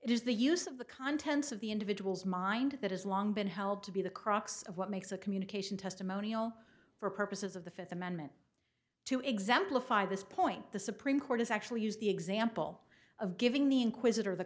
is the use of the contents of the individual's mind that has long been held to be the crux of what makes a communication testimonial for purposes of the fifth amendment to exemplify this point the supreme court has actually used the example of giving the inquisitor the